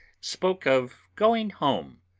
spoke of going home,